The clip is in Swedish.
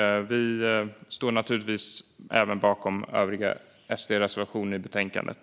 Vi står naturligtvis även bakom övriga SD-reservationer i betänkandet.